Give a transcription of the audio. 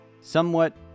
somewhat